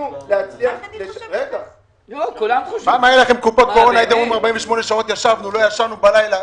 נתנו לכם לישון בלילות,